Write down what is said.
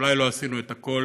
שאולי לא עשינו את הכול,